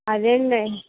అదే అండి